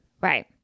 Right